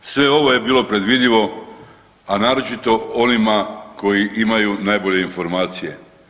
Sve ovo je bilo predvidivo, a naročito onima koji imaju najbolje informacije.